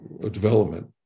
development